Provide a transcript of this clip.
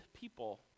people